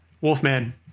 wolfman